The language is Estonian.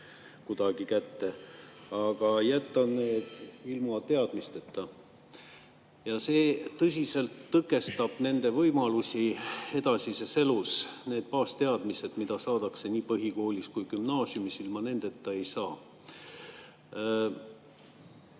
kuidagi kätte –, vaid jätta nad ilma teadmisteta. Ja see tõsiselt tõkestab nende võimalusi edasises elus. Need baasteadmised, mida saadakse nii põhikoolis kui ka gümnaasiumis, ilma nendeta ei saa.